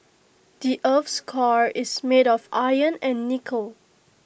the Earth's core is made of iron and nickel